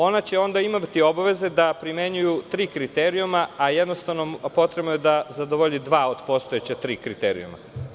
Ono će onda imati obaveze da primenjuju tri kriterijuma, a potrebno je da zadovolji dva od postojeća tri kriterijuma.